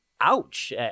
ouch